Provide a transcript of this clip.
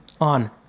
on